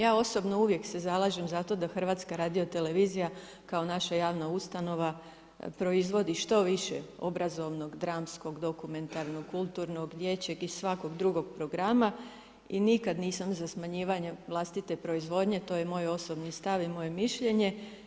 Ja osobno uvijek se zalažem za to da HRT kao naša javna ustanova, proizvodi što više obrazovnog, dramskog, dokumentarnog, kulturnog, dječjeg i svakog drugog programa i nikada nisam za smanjivanje vlastite proizvodnje, to je moj osobni stav i moje mišljenje.